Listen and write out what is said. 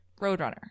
Roadrunner